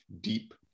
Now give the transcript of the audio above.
deep